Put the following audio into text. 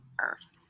earth